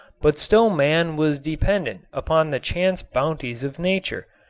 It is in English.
but still man was dependent upon the chance bounties of nature.